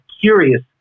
curious